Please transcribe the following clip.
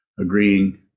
agreeing